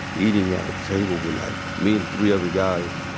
eating at a table with, like, me and three other guys,